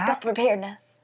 preparedness